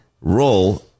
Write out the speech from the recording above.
roll